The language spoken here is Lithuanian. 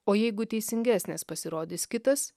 o jeigu teisingesnis pasirodys kitas